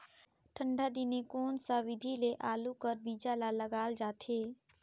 ठंडा दिने कोन सा विधि ले आलू कर बीजा ल लगाल जाथे?